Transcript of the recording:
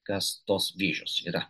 kas tos vyžos yra